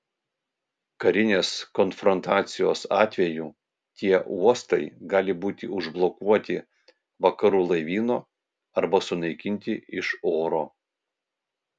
karinės konfrontacijos atveju tie uostai gali būti užblokuoti vakarų laivyno arba sunaikinti iš oro